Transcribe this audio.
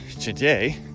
today